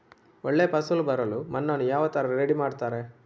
ಒಳ್ಳೆ ಫಸಲು ಬರಲು ಮಣ್ಣನ್ನು ಯಾವ ತರ ರೆಡಿ ಮಾಡ್ತಾರೆ?